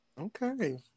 okay